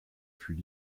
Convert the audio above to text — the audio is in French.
fut